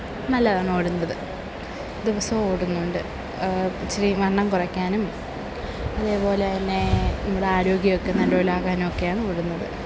നല്ലതാണോടുന്നത് ദിവസവും ഓടുന്നുണ്ട് ഇച്ചിരി വണ്ണം കുറയ്ക്കാനും അതേപോലെത്തന്നെ നമ്മുടെ ആരോഗ്യം ഒക്കെ നല്ലപോലെയാകാനും ഒക്കെയാണ് ഓടുന്നത്